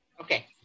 okay